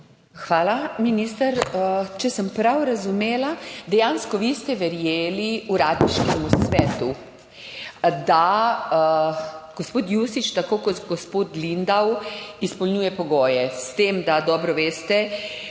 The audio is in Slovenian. Hvala, minister. Če sem prav razumela, ste dejansko vi verjeli Uradniškemu svetu, da gospod Jušić, tako kot gospod Lindav, izpolnjuje pogoje. S tem da dobro veste,